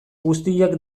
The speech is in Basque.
guztiak